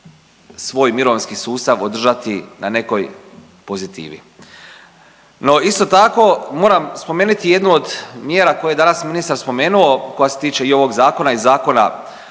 svoj mirovinski sustav održati na nekoj pozitivi. No isto tako moram spomenuti i jednu od mjera koju je danas ministar spomenuo, koja se tiče i ovog zakona i Zakona